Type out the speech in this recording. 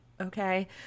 okay